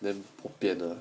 then bo pian ah